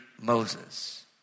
Moses